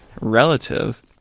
Relative